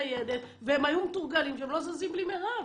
ניידת והם היו מתורגלים שהם לא זזים בלי מירב.